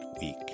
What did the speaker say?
week